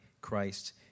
Christ